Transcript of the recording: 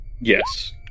Yes